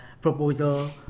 Proposal